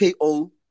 KO